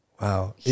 Wow